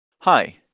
Hi